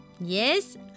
Yes